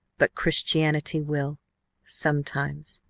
but christianity will sometimes.